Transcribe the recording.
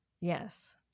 Yes